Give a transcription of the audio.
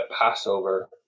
Passover